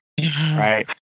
right